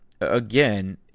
again